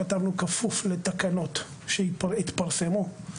כתבנו "כפוף לתקנות שהתפרסמו".